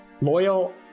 Loyal